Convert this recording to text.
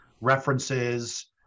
references